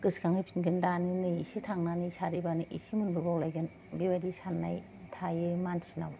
गोसोखांहैफिनगोन दानो नै एसे थांनानै सारहैबानो एसे मोनबोबावलायगोन बेबायदि साननाय थायो मानसिनाव